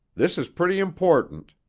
this is pretty important.